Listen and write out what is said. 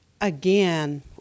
Again